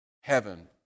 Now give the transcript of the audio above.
heaven